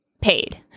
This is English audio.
paid